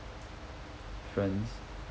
friends